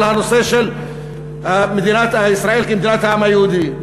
על הנושא של מדינת ישראל כמדינת העם היהודי,